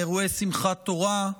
מאירועי שמחת תורה.